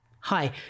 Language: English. hi